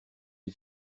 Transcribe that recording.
les